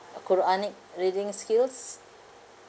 uh quranic reading skills